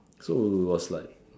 so was like